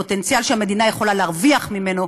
פוטנציאל שהמדינה יכולה להרוויח ממנו,